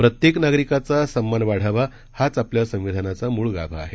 प्रत्येक नागरिकांचा सम्मान वाढावा हाच आपल्या संविधानाचा मूळ गाभा आहे